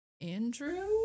Andrew